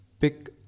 pick